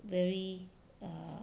very err